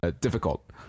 difficult